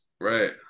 Right